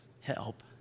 help